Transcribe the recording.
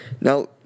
Now